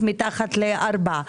מתחת ל-4,